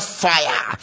fire